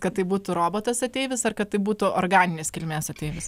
kad tai būtų robotas ateivis ar kad tai būtų organinės kilmės ateivis